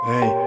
Hey